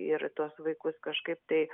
ir tuos vaikus kažkaip tai